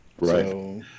right